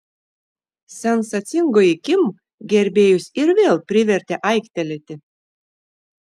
sensacingoji kim gerbėjus ir vėl privertė aiktelėti